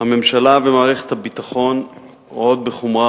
הממשלה ומערכת הביטחון רואות בחומרה